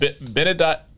benedict